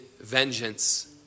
vengeance